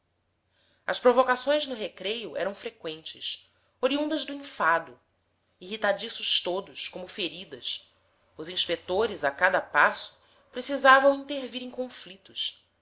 as provocações no recreio eram freqüentes oriundas do enfado irritadiços todos como feridas os inspetores a cada passo precisavam intervir em conflitos